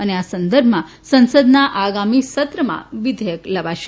અને આ સંદર્ભમાં સંસદના આગામી સત્રમાં વિધેયક લવાશે